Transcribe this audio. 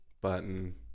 Button